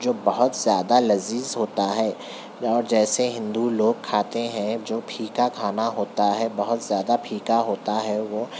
جو بہت زیادہ لذیذ ہوتا ہے اور جیسے ہندو لوگ کھاتے ہیں جو پھیکا کھانا ہوتا ہے بہت زیادہ پھیکا ہوتا ہے وہ